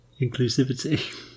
inclusivity